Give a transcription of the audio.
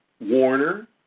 Warner